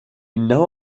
إنه